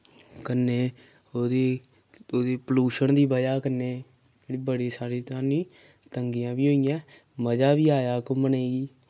कन्नै ओह्दी ओह्दी पोलुशन दी वजह् कन्नै जेह्ड़ी बड़ी सारी तानी तंगियां बी होइयां मजा वी आया घुम्मने गी